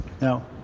now